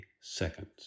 seconds